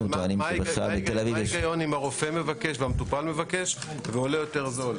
הם טוענים --- מה ההיגיון אם הרופא מבקש והמטופל מבקש ועולה יותר זול?